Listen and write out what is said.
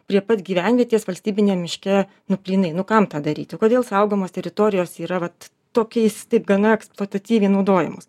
prie pat gyvenvietės valstybiniame miške nu plynai nu kam tą daryti kodėl saugomos teritorijos yra vat tokiais taip gana eksploatacyviai naudojamos